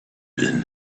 been